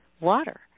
water